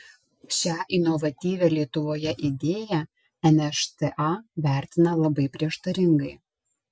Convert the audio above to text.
šią inovatyvią lietuvoje idėją nšta vertina labai prieštaringai